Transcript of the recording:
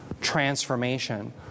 transformation